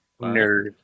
Nerd